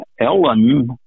Ellen